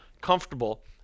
comfortable